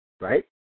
right